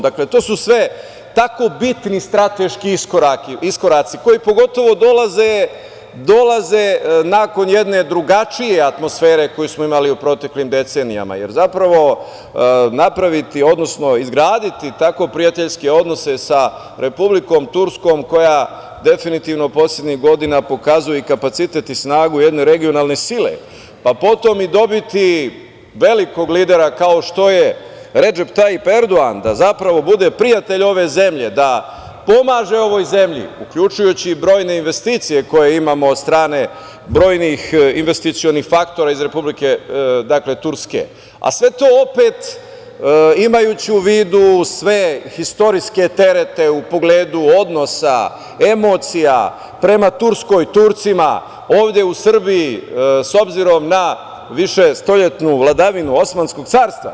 Dakle, to su sve tako bitni i strateški iskoraci koji pogotovo dolaze nakon jedne drugačije atmosfere koju smo imali u proteklim decenijama, jer zapravo napraviti, odnosno izgraditi tako prijateljske odnose sa Republikom Turskom koja definitivno poslednjih godina pokazuje i kapacitet i snagu jedne regionalne sile, pa potom i dobiti velikog lidera, kao što je Redžep Tajip Erdogan, da zapravo bude prijatelj ove zemlje, da pomaže ovoj zemlji, uključujući brojne investicije koje imamo od strane brojnih investicionih faktora iz Republike Turske, a sve to opet, imajući u vidu sve istorijske terete u pogledu odnosa, emocija prema Turskoj, Turcima ovde u Srbiji, s obzirom na viševekovnu vladavinu Osmanskog carstva.